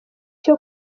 cyo